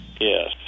Yes